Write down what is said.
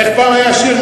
איך פעם היה השיר?